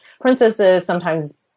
princesses—sometimes